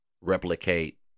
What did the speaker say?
Replicate